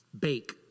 Bake